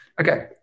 Okay